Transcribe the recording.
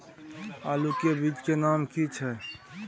आलू के बीज के नाम की छै?